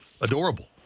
Adorable